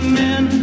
men